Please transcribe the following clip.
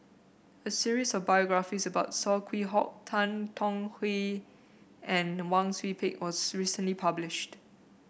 a series of biographies about Saw Swee Hock Tan Tong Hye and Wang Sui Pick was recently published